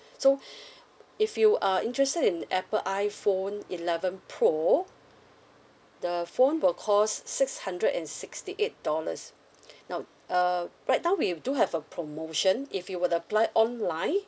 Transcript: so if you are interested in apple iphone eleven pro the phone will cost six hundred and sixty eight dollars now err right now we do have a promotion if you were to apply online